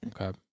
Okay